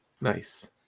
Nice